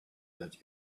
that